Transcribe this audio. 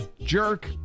jerk